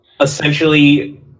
essentially